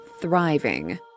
thriving